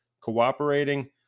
cooperating